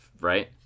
right